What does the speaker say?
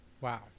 Wow